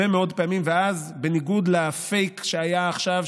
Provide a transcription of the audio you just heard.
אז בניגוד לפייק שהיה עכשיו,